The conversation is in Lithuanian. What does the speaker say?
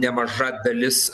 nemaža dalis